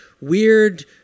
weird